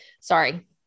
sorry